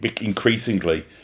increasingly